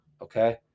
Okay